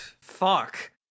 fuck